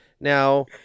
Now